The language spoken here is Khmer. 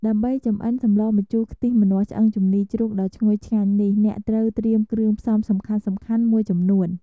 ដើម្បីចម្អិនសម្លម្ជូរខ្ទិះម្នាស់ឆ្អឹងជំនីរជ្រូកដ៏ឈ្ងុយឆ្ងាញ់នេះ អ្នកត្រូវត្រៀមគ្រឿងផ្សំសំខាន់ៗមួយចំនួន។